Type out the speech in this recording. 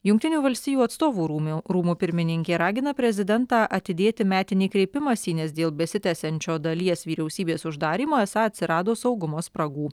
jungtinių valstijų atstovų rūmių rūmų pirmininkė ragina prezidentą atidėti metinį kreipimąsi nes dėl besitęsiančio dalies vyriausybės uždarymo esą atsirado saugumo spragų